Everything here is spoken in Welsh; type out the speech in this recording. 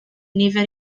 nifer